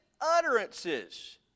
utterances